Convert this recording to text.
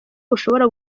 bushobora